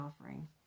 offering